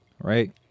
right